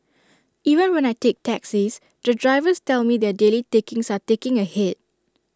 even when I take taxis the drivers tell me their daily takings are taking A hit